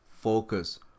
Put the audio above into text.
focus